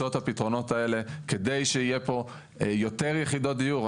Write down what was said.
את הפתרונות האלה כדי שיהיו פה יותר יחידות דיור.